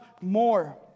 more